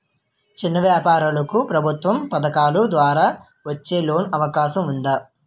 చిన్న వ్యాపారాలకు ప్రభుత్వం పథకాల ద్వారా వచ్చే లోన్ అవకాశం ఉందా?